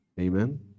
Amen